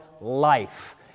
life